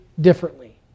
differently